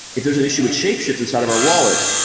if there's an issue with shapeshift inside of our wallet,